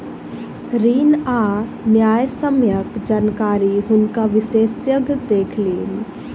ऋण आ न्यायसम्यक जानकारी हुनका विशेषज्ञ देलखिन